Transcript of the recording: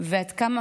ועד כמה